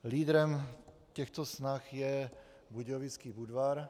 Lídrem těchto snah je Budějovický Budvar.